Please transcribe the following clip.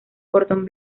cordón